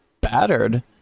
battered